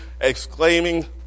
exclaiming